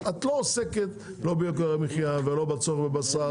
אז את לא עוסקת לא ביוקר המחיה ולא בצורך בבשר,